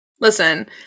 listen